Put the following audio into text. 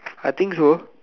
I think so